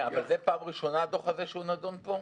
זו פעם ראשונה שהדוח הזה נדון פה?